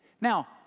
Now